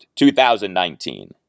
2019